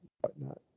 whatnot